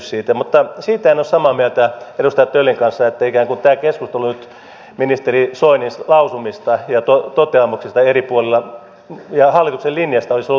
mutta siitä en ole samaa mieltä edustaja töllin kanssa että ikään kuin tämä keskustelu nyt ministeri soinin lausumista ja toteamuksista eri puolilla ja hallituksen linjasta olisi ollut turhaa